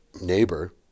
neighbor